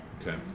Okay